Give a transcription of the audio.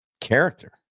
character